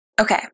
Okay